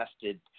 tested